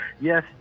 Yes